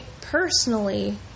personally